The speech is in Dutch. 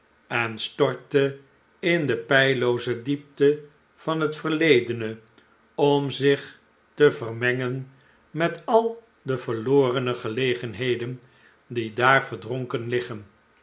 en stortte in de peillooze diepte van het verledene om zich te vermengen met al de verlorene gelegenheden die daar verdronken liggen